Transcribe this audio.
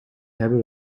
hebben